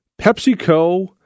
PepsiCo